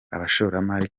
abashoramari